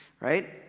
right